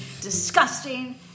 disgusting